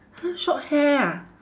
!huh! short hair ah